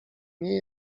nie